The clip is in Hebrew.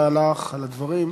תודה לךְ על הדברים.